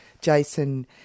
Jason